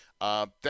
Thank